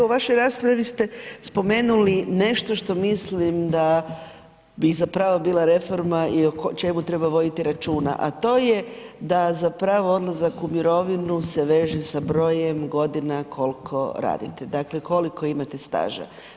U vašoj raspravi ste spomenuli nešto što mislim da bi zapravo bila reforma i o čemu treba voditi računa, a to je da za pravo odlazak u mirovinu se veže sa brojem godina koliko radite, dakle koliko imate staža.